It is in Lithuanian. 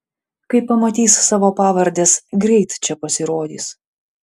kai pamatys savo pavardes greit čia pasirodys